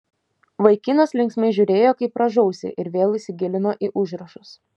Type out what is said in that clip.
vaikinas linksmai žiūrėjo kaip rąžausi ir vėl įsigilino į užrašus